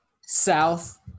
south